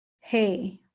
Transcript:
hey